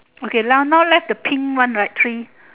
okay now now left the pink one right three